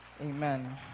Amen